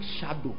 shadow